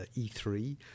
E3